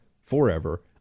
forever